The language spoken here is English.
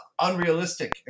unrealistic